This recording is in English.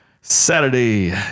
Saturday